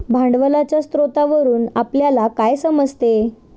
भांडवलाच्या स्रोतावरून आपल्याला काय समजते?